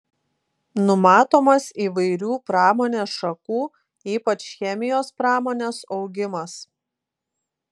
numatomas įvairių pramonės šakų ypač chemijos pramonės augimas